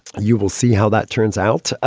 you will see how that turns out.